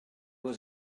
was